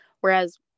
whereas